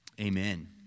amen